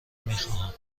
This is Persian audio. میخواهتم